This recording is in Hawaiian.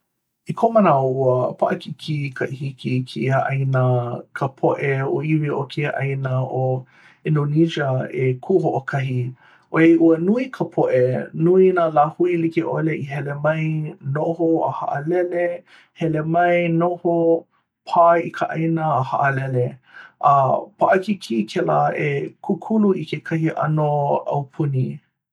i koʻu manaʻo ua paʻakikī ka hiki i kēia ʻāina ka poʻe ʻōiwi o kēia ʻāina ʻo indonesia e kū hoʻokahi. ʻoiai ua nui ka poʻe nui nā lāhui like ʻole i hele mai, noho, a haʻalele, hele mai, noho, pā i ka ʻāina a haʻalele a paʻakikī kēlā e kūkulu i kekahi ʻano aupuni.